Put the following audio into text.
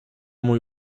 mój